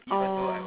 oh